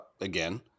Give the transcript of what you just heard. again